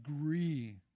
agree